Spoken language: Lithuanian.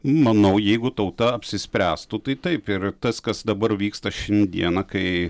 manau jeigu tauta apsispręstų tai taip ir tas kas dabar vyksta šiandiena kai